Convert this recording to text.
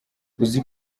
uzi